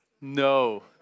No